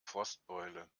frostbeule